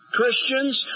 Christians